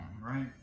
right